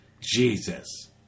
Jesus